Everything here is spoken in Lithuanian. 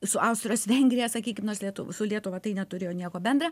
su austrijos vengrijos sakykim nors lietu su lietuva tai neturėjo nieko bendra